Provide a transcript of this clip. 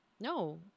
No